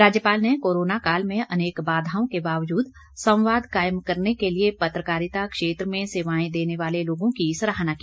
राज्यपाल ने कोरोना काल में अनेक बाधाओं के बावजूद संवाद कायम करने के लिए पत्रकारिता क्षेत्र में सेवाएं देने वाले लोगों की सराहना की